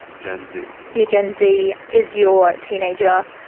gen z yeah gen z is your teenager,